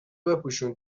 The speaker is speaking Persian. بپوشون